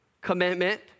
commitment